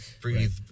breathe